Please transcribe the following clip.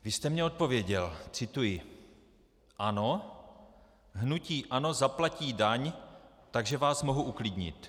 Vy jste mně odpověděl cituji: Ano, hnutí ANO zaplatí daň, takže vás mohu uklidnit.